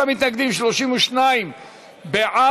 46 מתנגדים, 32 בעד.